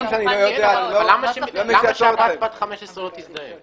למה שהבת בת 15 לא תזדהה.